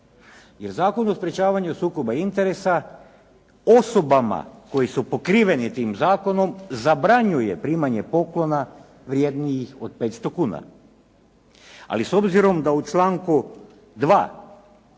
Jer Zakon o sprječavanju sukoba interesa osobama koji su pokriveni tim zakonom zabranjuje primanje poklona vrjednijih od 500 kuna. Ali s obzirom da u članku 2.